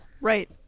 Right